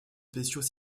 spéciaux